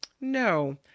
no